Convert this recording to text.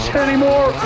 Anymore